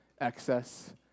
excess